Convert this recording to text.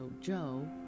Joe